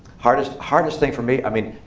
hardest hardest thing for me, i mean,